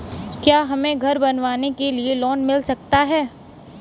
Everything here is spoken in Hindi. क्या हमें घर बनवाने के लिए लोन मिल सकता है?